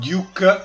Duke